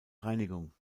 reinigung